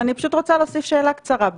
אני פשוט רוצה להוסיף שאלה קצרה.